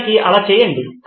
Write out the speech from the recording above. నిజానికి అలా చేయండి